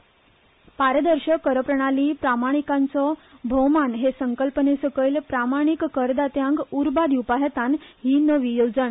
पारदर्शक करप्रणाली प्रामाणिकांचो भौमान हे संकल्पनेसकयल प्रामाणीक करदात्यांक उर्बा दिवपाहेतान ही नवी येवजण